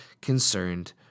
concerned